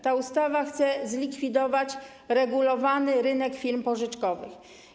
Ta ustawa chce zlikwidować regulowany rynek firm pożyczkowych.